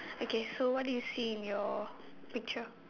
okay so what do you see in your picture